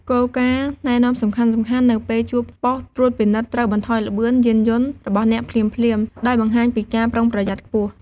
គោលការណ៍ណែនាំសំខាន់ៗនៅពេលជួបប៉ុស្តិ៍ត្រួតពិនិត្យត្រូវបន្ថយល្បឿន យានយន្តរបស់អ្នកភ្លាមៗ ដោយបង្ហាញពីការប្រុងប្រយ័ត្នខ្ពស់។